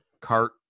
CART